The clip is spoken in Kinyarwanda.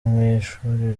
mw’ishuri